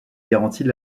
garanties